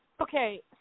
okay